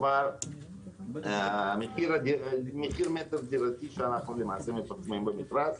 הכוונה מחיר מטר דירתי שאנחנו מפרסמים במכרז